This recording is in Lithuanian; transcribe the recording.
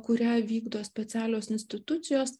kurią vykdo specialios institucijos